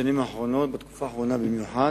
בשנים האחרונות, בתקופה האחרונה במיוחד.